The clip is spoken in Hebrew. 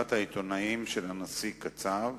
מסיבת העיתונאים של הנשיא קצב